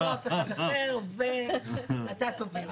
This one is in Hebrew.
לא אני ולא אף אחד אחר ואתה תוביל.